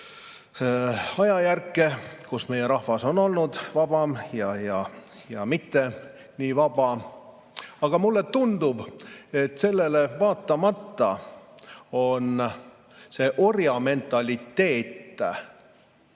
ajajärke, kui meie rahvas on olnud vabam või mitte nii vaba. Aga mulle tundub, et sellele vaatamata on see orjamentaliteet